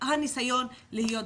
הניסיון להיות דמוקרטית.